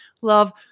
love